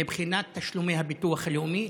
מבחינת תשלומי הביטוח הלאומי,